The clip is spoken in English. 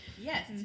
Yes